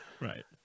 Right